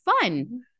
fun